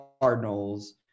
cardinals